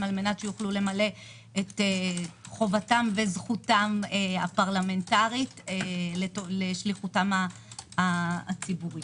כדי שיוכלו למלא את חובתם וזכותם הפרלמנטרית לשליחותם הציבורית.